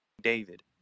David